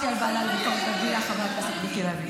חברת הכנסת וולדיגר?